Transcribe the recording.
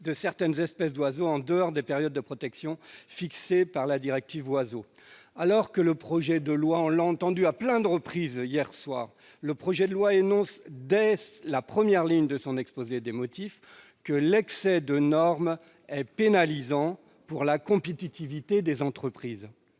de certaines espèces d'oiseaux pendant les périodes de protection fixées par la directive Oiseaux. Alors que le projet de loi, cela a été dit à maintes reprises hier soir, énonce dès la première ligne de son exposé des motifs que l'excès de normes est pénalisant pour la compétitivité des entreprises,